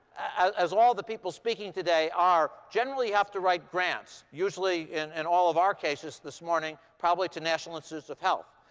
as as all of the people speaking today are, generally you have to write grants. usually, in and all of our cases this morning, probably to national institutes of health.